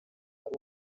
ari